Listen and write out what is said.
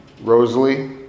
Rosalie